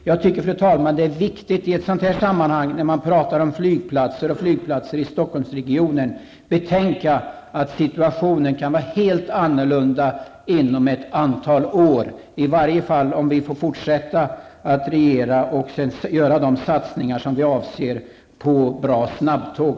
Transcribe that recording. Jag tycker, fru talman, att det är viktigt i ett sådant här sammanhang, när man pratar om flygplatser och flygplatser i Stockholmsregionen, att betänka att situationen kan vara helt annorlunda inom ett antal år, i varje fall om vi får fortsätta att regera och göra de satsningar som vi avser på bra snabbtåg.